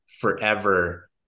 forever